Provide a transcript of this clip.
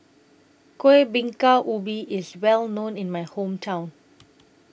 Kueh Bingka Ubi IS Well known in My Hometown